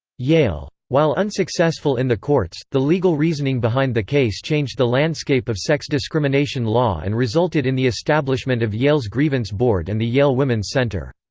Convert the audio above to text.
yale. while unsuccessful in the courts, the legal reasoning behind the case changed the landscape of sex discrimination law and resulted in the establishment of yale's grievance board and the yale women's center.